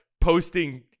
posting